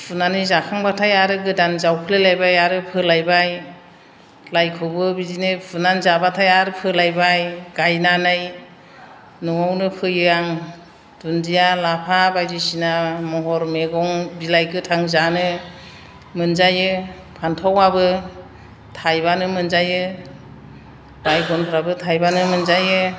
फुनानै जाखांबाथाय आरो गोदान जावफ्लेलायबाय आरो फोलायबाय लाइखौबो बिदिनो फुनानै जाबाथाय आरो फोलायबाय गायनानै न'आवनो फोयो आं दुन्दिया लाफा बायदिसिना महर मैगं बिलाइ गोथां जानो मोनजायो फानथावआबो थायबानो मोनजायो बायगनफ्राबो थाइबानो मोनजायो